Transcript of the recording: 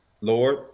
Lord